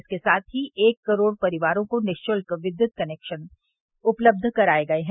इसके साथ ही एक करोड़ परिवारों को निश्ल्क विद्युत कनेक्शन उपलब्ध भी कराये गये हैं